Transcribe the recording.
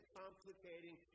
complicating